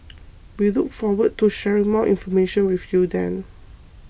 we look forward to sharing more information with you then